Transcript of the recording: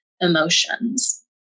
emotions